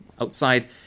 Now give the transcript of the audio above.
outside